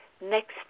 next